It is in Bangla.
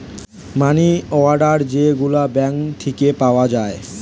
মানি অর্ডার যে গুলা ব্যাঙ্ক থিকে পাওয়া যায়